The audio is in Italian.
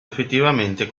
effettivamente